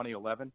2011